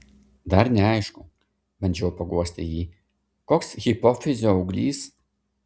dar neaišku bandžiau paguosti jį koks hipofizio auglys